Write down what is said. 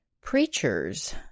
Preachers